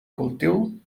cultiu